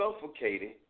suffocated